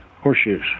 horseshoes